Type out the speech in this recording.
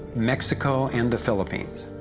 mexico and the philippines.